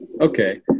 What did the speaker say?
Okay